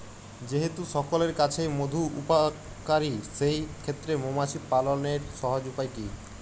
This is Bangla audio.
যেহেতু সকলের কাছেই মধু উপকারী সেই ক্ষেত্রে মৌমাছি পালনের সহজ উপায় কি?